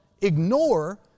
ignore